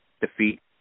defeat